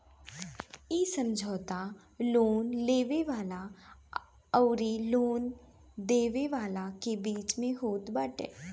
इ समझौता लोन लेवे वाला अउरी लोन देवे वाला के बीच में होत बाटे